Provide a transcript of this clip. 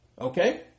Okay